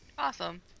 awesome